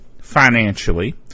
financially